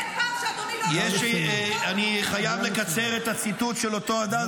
אין פעם שאדוני --- אני חייב לקצר את הציטוט של אותו אדם,